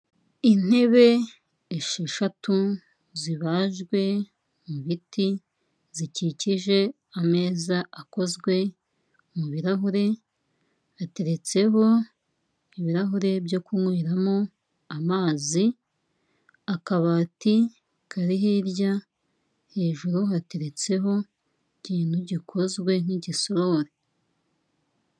Intebe esheshatu zibajwe mu biti, zikikije ameza akozwe mu birarahure. Ateretseho ibirahure byo kunyweramo amazi, akabati kari hirya, hejuru hateretseho ikintu gikozwe nk'igisorori.